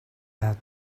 had